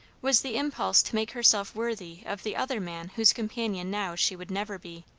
was the impulse to make herself worthy of the other man whose companion now she would never be.